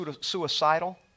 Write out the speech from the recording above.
suicidal